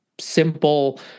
simple